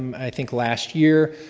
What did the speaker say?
i think, last year,